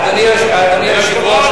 אדוני היושב-ראש,